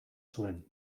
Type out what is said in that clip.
zuen